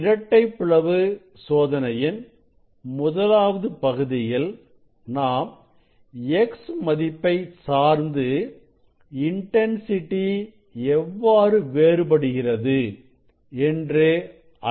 இரட்டைப் பிளவு சோதனையின் முதலாவது பகுதியில் நாம் x மதிப்பை சார்ந்து இன்டன்சிட்டி எவ்வாறு வேறுபடுகிறது என்று அளவிடுகிறோம்